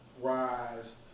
rise